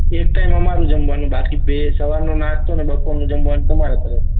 એક ટાઈમ અમારું જમવાનું બાકી બે સવારનો નાસ્તો અને બપોરનું જમવાનું તમારા તરફથી